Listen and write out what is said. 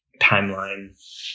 timeline